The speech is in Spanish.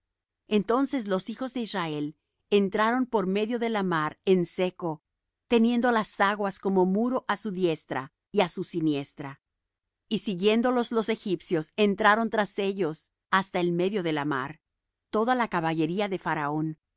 entonces los hijos de israel entraron por medio de la mar en seco teniendo las aguas como muro á su diestra y á su siniestra y siguiéndolos los egipcios entraron tras ellos hasta el medio de la mar toda la caballería de faraón